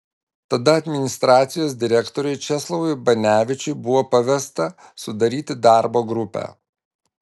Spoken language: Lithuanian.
tada administracijos direktoriui česlovui banevičiui buvo pavesta sudaryti darbo grupę